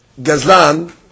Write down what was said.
Gazlan